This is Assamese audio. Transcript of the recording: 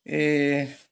এহ্